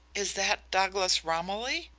is that douglas romilly?